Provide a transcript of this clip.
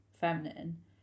feminine